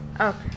Okay